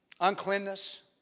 uncleanness